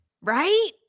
Right